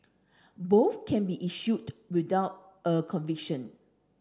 both can be issued without a conviction